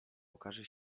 okaże